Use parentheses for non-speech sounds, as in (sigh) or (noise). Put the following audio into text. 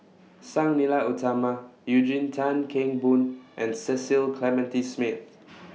Sang Nila Utama Eugene Tan Kheng Boon and Cecil Clementi Smith (noise)